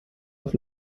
auf